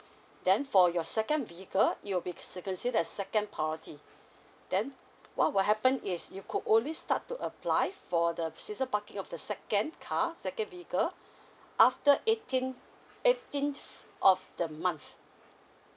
then for your second vehicle it will be s~ consider as second party then what will happen is you could only start to apply for the season parking of the second car second vehicle after eighteen eighteenth of the month